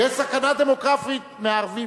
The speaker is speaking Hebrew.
שיש סכנה דמוגרפית מהערבים,